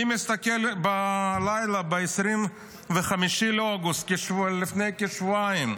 אני מסתכל בלילה, ב-25 באוגוסט, לפני כשבועיים,